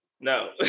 no